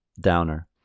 downer